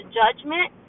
judgment